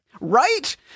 Right